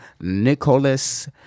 Nicholas